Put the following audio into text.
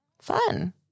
Fun